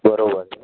બરાબર છે